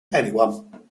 anyone